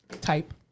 type